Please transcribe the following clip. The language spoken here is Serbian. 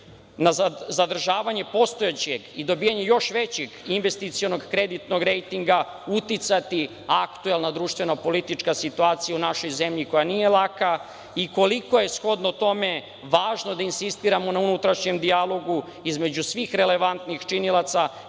na zadržavanje postojećeg i dobijanja još većeg investicionog kreditnog rejtinga uticati aktuelno društveno politička situacija u našoj zemlji, koja nije laka i koliko je shodno tome, važno da insistiramo na unutrašnjem dijalogu između svih relevantnih činilaca,